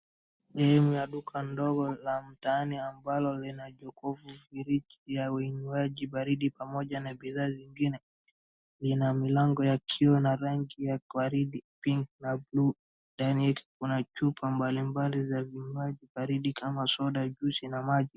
Sehemu ya duka ndogo la mtaani ambalo lina jokovu friji ya vinywaji baridi pamoja na bidhaa zingine, lina milango ya kiu na rangi ya waridi pink na blue , ndani yake kuna chupa mbalimbali za vinywaji baridi kama soda juisi na maji.